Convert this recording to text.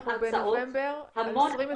אנחנו בנובמבר 2020. או-טו-טו סוגרים שנה לקורונה.